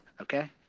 okay